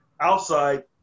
outside